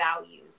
values